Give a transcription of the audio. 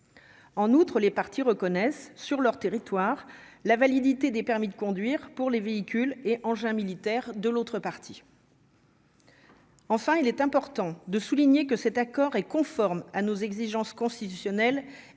En outre, les parties reconnaissent sur leur territoire la validité des permis de conduire pour les véhicules et engins militaires de l'autre partie. Enfin, il est important de souligner que cet accord est conforme à nos exigences constitutionnelles